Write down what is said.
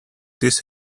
this